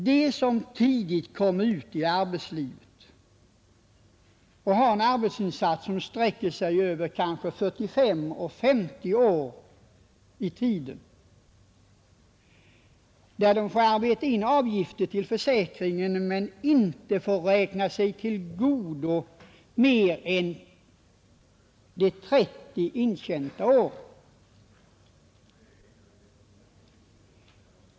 De som tidigt kom ut i arbetslivet och har gjort en arbetsinsats som sträcker sig över kanske 45 och 50 år får arbeta in avgifter till försäkringen men får inte räkna sig till godo mer än 30 intjänta år.